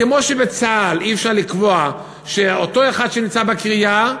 כמו שבצה"ל אי-אפשר לקבוע שאותו אחד שנמצא בקריה,